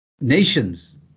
nations